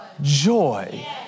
Joy